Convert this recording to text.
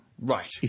Right